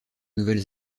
nouvelle